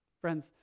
Friends